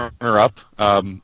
runner-up